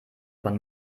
von